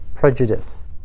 prejudice